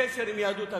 קשר עם יהדות הגולה.